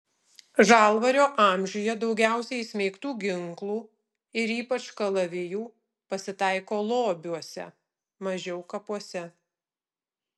žalvario amžiuje daugiausiai įsmeigtų ginklų ir ypač kalavijų pasitaiko lobiuose mažiau kapuose